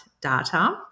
data